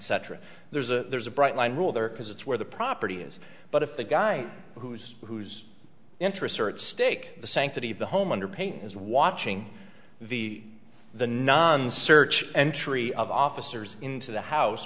cetera there's a there's a bright line rule there because it's where the property is but if the guy who's whose interests are at stake the sanctity of the home under pain is watching the the nuns search entry of officers into the house